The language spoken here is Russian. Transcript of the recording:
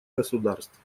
государств